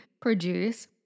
produce